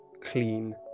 clean